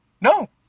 No